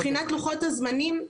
מבחינת לוחות הזמנים,